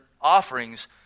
offerings